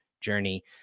journey